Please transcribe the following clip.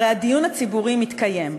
הרי הדיון הציבורי מתקיים.